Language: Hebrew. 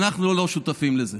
אנחנו לא שותפים לזה.